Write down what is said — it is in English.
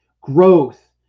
growth